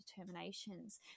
determinations